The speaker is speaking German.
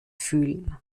fühlen